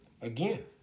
again